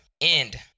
End